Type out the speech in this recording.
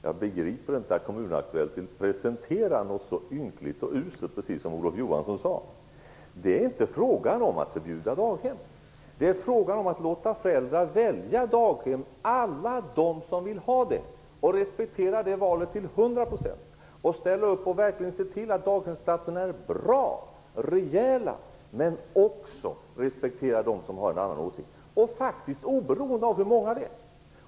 Jag begriper inte att Kommun Aktuellt presenterar något så ynkligt och uselt, precis som Olof Johansson sade. Det är inte frågan om att förbjuda daghem. Det är frågan om att låta alla de föräldrar som vill ha daghem välja daghem, respektera det valet till 100 % och ställa upp och verkligen se till att daghemsplatserna är bra och rejäla. Men man skall också respektera dem som har en annan åsikt, oberoende av hur många det är.